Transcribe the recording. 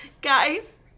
Guys